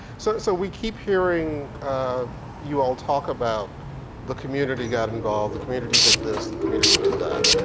so so we keep hearing you all talk about the community got involved, the community did this, the community did that.